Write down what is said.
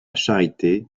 charité